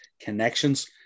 connections